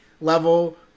level